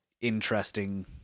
interesting